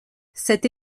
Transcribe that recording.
cette